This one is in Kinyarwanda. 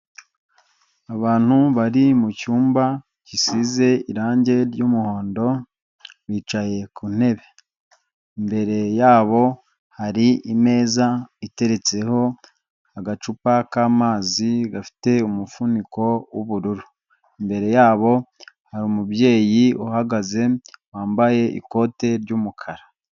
Abantu bari mu cyumba gisize irangi ry'umuhondo, bicaye ku ntebe. Imbere yabo hari imeza iteretseho agacupa k'amazi gafite umufuniko w'ubururu. Imbere yabo hari umubyeyi uhagaze wambaye ikote ry'umukara.